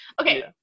Okay